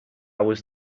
was